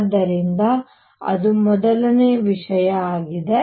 ಆದ್ದರಿಂದ ಅದು ಮೊದಲನೇ ವಿಷಯ ಆಗಿದೆ